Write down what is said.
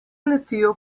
letijo